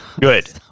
Good